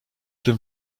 tym